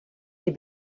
est